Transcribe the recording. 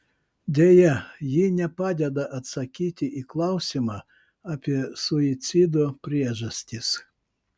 deja ji nepadeda atsakyti į klausimą apie suicido priežastis